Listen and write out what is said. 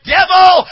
Devil